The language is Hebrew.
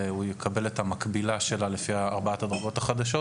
הוא יקבל את המקבילה שלה לפי ארבעת הדרגות החדשות?